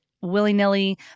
willy-nilly